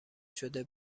شده